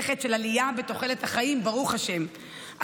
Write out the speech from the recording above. עלייה בתוחלת החיים, ברוך השם.